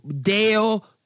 Dale